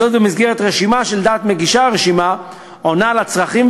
במסגרת רשימה שלדעת מגישי הרשימה עונה על הצרכים,